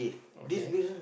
okay